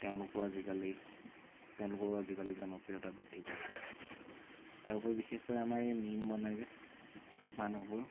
তেওঁলোকো আজিকালি তেওঁলোকৰো আজিকালি জনপ্ৰিয়তা বৃদ্ধি পাইছে তেওঁলোকৰ বিশেষকৈ আমাৰ এই মিম বনাই যে মানুহবোৰ